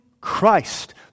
Christ